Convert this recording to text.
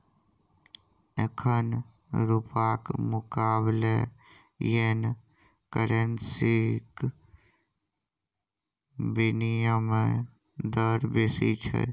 एखन रुपाक मुकाबले येन करेंसीक बिनिमय दर बेसी छै